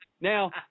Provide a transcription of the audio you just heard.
Now